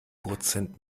prozent